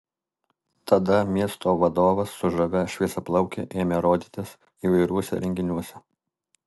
tada miesto vadovas su žavia šviesiaplauke ėmė rodytis įvairiuose renginiuose